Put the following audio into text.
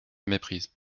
méprise